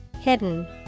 Hidden